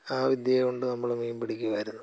ആ വിദ്യ കൊണ്ട് നമ്മൾ മീൻ പിടിക്കുമായിരുന്നു